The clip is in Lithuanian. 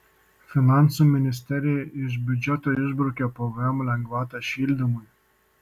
finansų ministerija iš biudžeto išbraukė pvm lengvatą šildymui